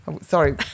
Sorry